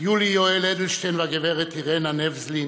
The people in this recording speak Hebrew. יולי יואל אדלשטיין והגברת אירינה נבזלין,